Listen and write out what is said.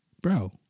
Bro